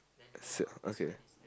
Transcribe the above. s~ okay